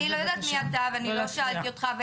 אני לא יודעת מי אתה ואני לא שאלתי אותך,